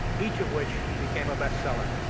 each of which became a bestseller.